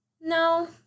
no